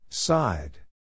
Side